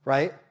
Right